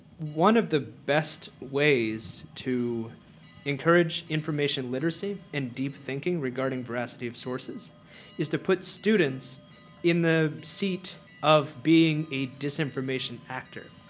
one of the best ways to encourage information literacy and deep thinking regarding veracity of sources is to put students in the seat of being a disinformation actor.